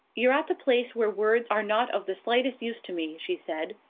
you're at the place where words are not of the slightest use to me, she said.